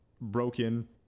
broken